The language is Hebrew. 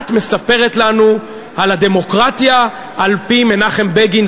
את מספרת לנו על הדמוקרטיה על-פי מנחם בגין,